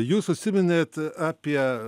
jūs užsiminėt apie